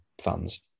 fans